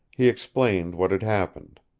he explained what had happened.